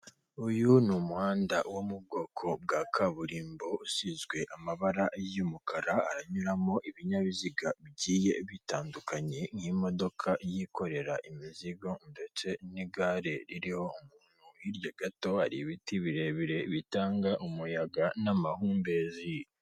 Uyu ni umuhanda wo mu bwoko bwa kaburimbo usizwe amabara y'umukara, haranyuramo ibinyabiziga bitandukanye nk'imodoka yikorera imizigo ndetse n'igare riho umuntu, hirya gato hari ibiti birebire bitanga umuyaga n'amahumbezi.